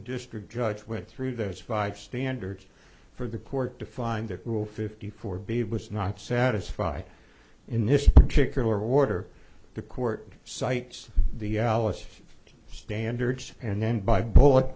district judge went through those five standards for the court to find that rule fifty four b was not satisfied in this particular order the court cites the alice standards and then by bullet